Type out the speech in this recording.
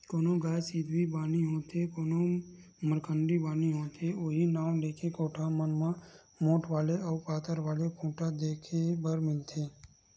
कोनो गाय सिधवी बानी होथे कोनो मरखंडी बानी होथे उहीं नांव लेके कोठा मन म मोठ्ठ वाले अउ पातर वाले खूटा देखे बर मिलथे